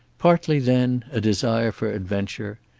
partly, then, a desire for adventure,